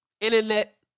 internet